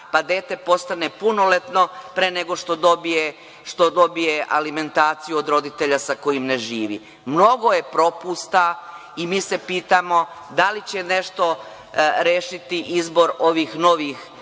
pa dete postane punoletno pre nego što dobije alimentaciju od roditelja sa kojim ne živi. Mnogo je propusta i mi se pitamo da li će nešto rešiti izbor ovih novih